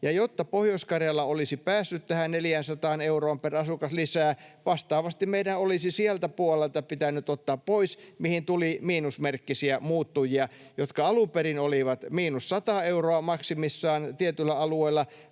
Ja jotta Pohjois-Karjala olisi päässyt tähän 400 euroon per asukas lisää, vastaavasti meidän olisi sieltä puolelta pitänyt ottaa pois, mihin tuli miinusmerkkisiä muuttujia, jotka alun perin olivat maksimissaan miinus 100 euroa tietyillä alueilla,